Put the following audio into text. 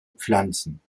pflanzen